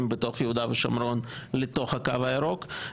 בתוך יהודה ושומרון לתוך הקו הירוק.